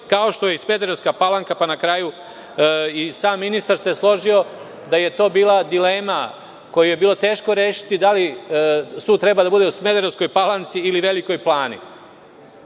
kao što i Smederevska Palanka. Na kraju i sam ministar se složio da je to bila dilema koju je bilo teško rešiti, da li sud treba da bude u Smederevskom Palanci, ili Velikoj Plani?